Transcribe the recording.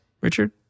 Richard